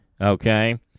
Okay